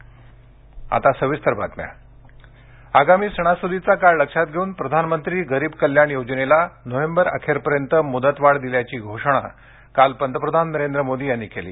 पतप्रधान आगामी सणासुदीचा काळ लक्षात घेऊन प्रधानमंत्री गरीब कल्याण योजनेला नोव्हेंबर अखेरपर्यंत मुदतवाढ दिल्याची घोषणा काल पंतप्रधान नरेंद्र मोदी यांनी केली